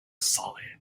solid